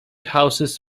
houses